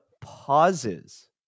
pauses